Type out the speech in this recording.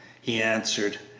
he answered.